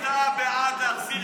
אתה בעד להחזיר את האדמות למדינה?